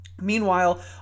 Meanwhile